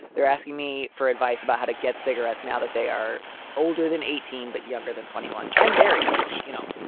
they're asking me for advice about how to get cigarettes now that they are older than eighteen, but younger than twenty one and married, which, you know.